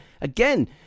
Again